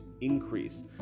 increase